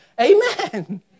Amen